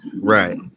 Right